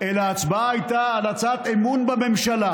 אלא ההצבעה הייתה על הצעת אמון בממשלה,